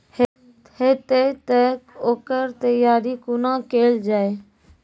हेतै तअ ओकर तैयारी कुना केल जाय?